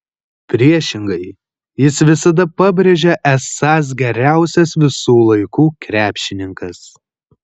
priešingai jis visada pabrėžia esąs geriausias visų laikų krepšininkas